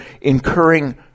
incurring